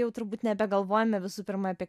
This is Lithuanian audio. jau turbūt nebegalvojame visų pirma apie